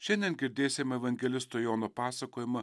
šiandien girdėsime evangelisto jono pasakojimą